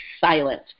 silent